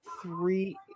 Three